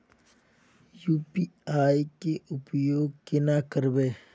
UPI के उपयोग केना करबे?